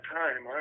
time